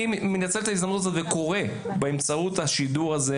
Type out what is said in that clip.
אני מנצל את ההזדמנות הזאת וקורא באמצעות השידור הזה